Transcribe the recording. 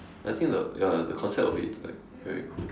I think the ya the concept of it like very cool